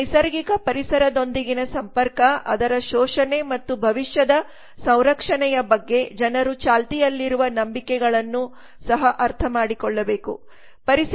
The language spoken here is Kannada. ನೈಸರ್ಗಿಕ ಪರಿಸರದೊಂದಿಗಿನ ಸಂಪರ್ಕ ಅದರ ಶೋಷಣೆ ಮತ್ತು ಭವಿಷ್ಯದ ಸಂರಕ್ಷಣೆಯ ಬಗ್ಗೆ ಜನರು ಚಾಲ್ತಿಯಲ್ಲಿರುವ ನಂಬಿಕೆಗಳನ್ನು ಸಹ ಅರ್ಥಮಾಡಿಕೊಳ್ಳಬೇಕು